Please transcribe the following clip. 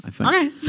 Okay